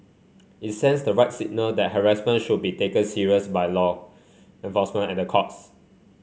it sends the right signal that harassment should be taken serious by law enforcement at the courts